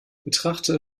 betrachte